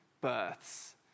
births